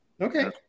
Okay